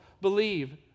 believe